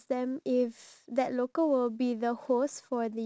it is really like at the country itself you know